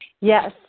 Yes